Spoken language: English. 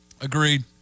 Agreed